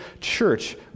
church